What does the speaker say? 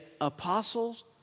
apostles